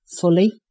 fully